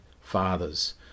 fathers